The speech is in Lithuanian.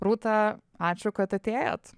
rūta ačiū kad atėjot